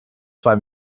zwei